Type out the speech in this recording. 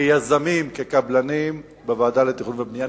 כיזמים, כקבלנים, בוועדה לתכנון ובנייה.